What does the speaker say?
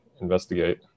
investigate